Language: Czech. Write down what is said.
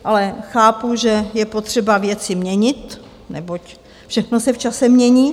Ale chápu, že je potřeba věci měnit, neboť všechno se v čase mění.